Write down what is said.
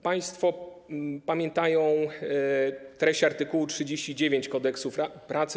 Państwo pamiętają treść art. 39 Kodeks pracy.